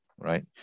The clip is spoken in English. right